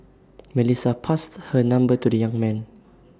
Melissa passed her number to the young man